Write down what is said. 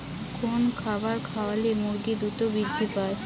কোন খাবার খাওয়ালে মুরগি দ্রুত বৃদ্ধি পায়?